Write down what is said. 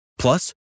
Plus